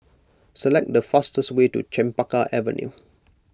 select the fastest way to Chempaka Avenue